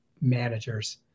managers